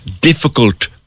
difficult